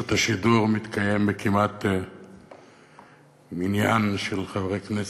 השידור מתקיים כמעט במניין של חברי כנסת,